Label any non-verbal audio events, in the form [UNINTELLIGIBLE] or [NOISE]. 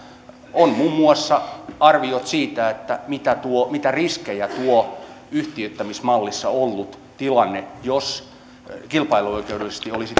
on muun muassa arviot siitä mitä riskejä tuo yhtiöittämismallissa ollut tilanne kilpailuoikeudellisesti olisi [UNINTELLIGIBLE]